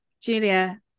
Julia